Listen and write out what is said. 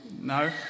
No